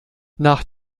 nach